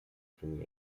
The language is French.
finit